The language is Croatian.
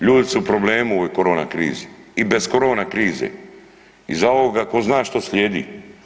Ljudi su u problemu u ovoj korona krizi i bez korona krize iza ovoga ko zna što slijedi.